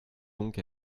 donc